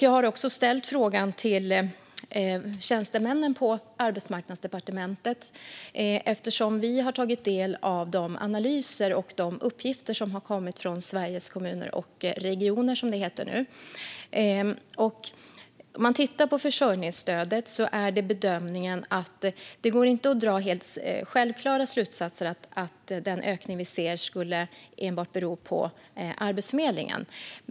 Jag har också ställt frågan till tjänstemännen på Arbetsmarknadsdepartementet eftersom vi har tagit del av de analyser och uppgifter som har kommit från Sveriges Kommuner och Regioner, som det heter nu. För försörjningsstödet är bedömningen att det inte går att dra självklara slutsatser om att den ökning vi ser enbart skulle bero på Arbetsförmedlingen.